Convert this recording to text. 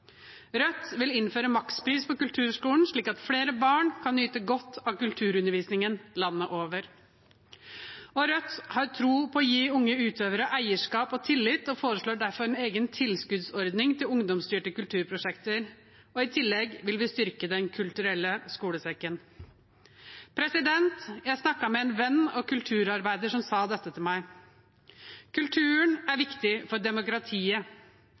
Rødt vil innføre makspris i kulturskolen, slik at flere barn kan nyte godt av kulturundervisningen landet over. Rødt har tro på å gi unge utøvere eierskap og tillit og foreslår derfor en egen tilskuddsordning til ungdomsstyrte kulturprosjekter. I tillegg vil vi styrke Den kulturelle skolesekken. Jeg snakket med en venn og kulturarbeider som sa dette til meg: Kulturen er viktig for demokratiet.